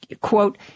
quote